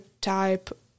type